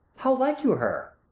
how like you her?